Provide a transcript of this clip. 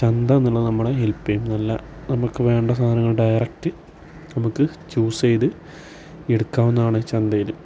ചന്ത എന്നുള്ളത് നമ്മളെ ഹെൽപ്പ് ചെയ്യും നല്ല നമു വേണ്ട സാധനങ്ങൾ ഡയറക്റ്റ് നമുക്ക് ചൂസ് ചെയ്ത് എടുക്കാവുന്നതാണ് ചന്തയില്